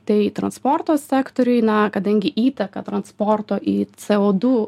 tai transporto sektoriui na kadangi įtaką transporto į co du